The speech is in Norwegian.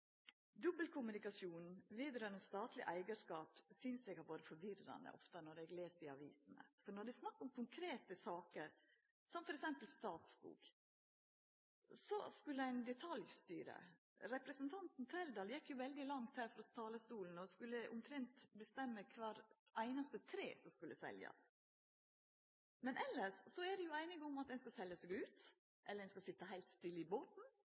statleg eigarskap synest eg ofte har vore forvirrande når eg les i avisene. Når det er snakk om konkrete saker, f.eks. når det gjeld Statskog, skal ein detaljstyra. Representanten Trældal gjekk veldig langt her på talarstolen – han skulle omtrent bestemma ned til kvart einaste tre som skulle seljast. Men elles er dei einige om at ein skal selja seg ut, eller ein skal sitja heilt stille i